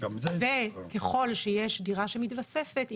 וככל שיש דירה שמתווספת,